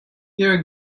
you’re